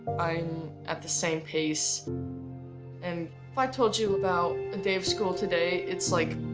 i'm at the same pace and if i told you about a day of school today it's like,